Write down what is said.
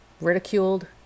ridiculed